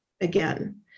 again